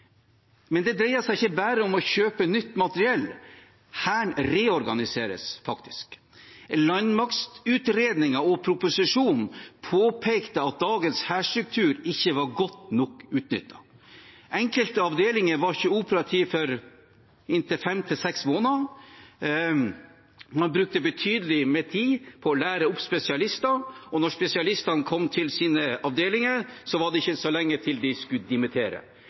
Men det dreier seg ikke bare om å kjøpe nytt materiell, Hæren reorganiseres faktisk. Landmaktutredningen og proposisjonen påpekte at dagens hærstruktur ikke var godt nok utnyttet. Enkelte avdelinger var ikke operative for inntil fem–seks måneder. Man brukte betydelig med tid på å lære opp spesialister, og når spesialistene kom til sine avdelinger, var det ikke så lenge til de skulle dimittere.